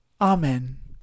Amen